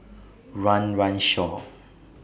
Run Run Shaw